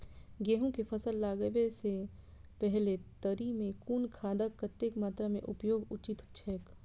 गेहूं के फसल लगाबे से पेहले तरी में कुन खादक कतेक मात्रा में उपयोग उचित छेक?